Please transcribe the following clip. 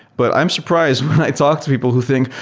but i'm surprised when i talk to people who think,